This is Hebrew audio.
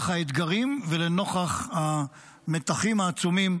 לנוכח האתגרים ולנוכח המתחים העצומים